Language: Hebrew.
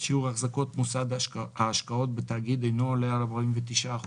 מוסד ההשקעות בתאגיד אינו עולה על 49%